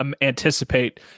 anticipate